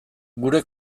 gure